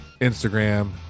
Instagram